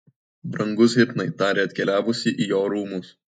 brangus hipnai tarė atkeliavusi į jo rūmus